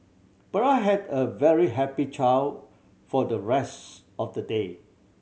but I had a very happy child for the rest of the day